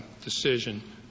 decision